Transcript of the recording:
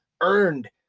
earned